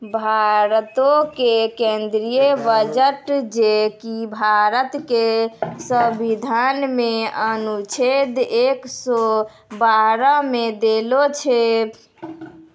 भारतो के केंद्रीय बजट जे कि भारत के संविधान मे अनुच्छेद एक सौ बारह मे देलो छै